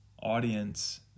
audience